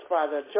Father